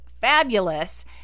fabulous